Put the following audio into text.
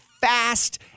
fast